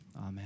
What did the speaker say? amen